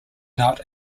not